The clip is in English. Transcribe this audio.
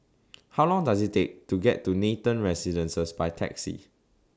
How Long Does IT Take to get to Nathan Residences By Taxi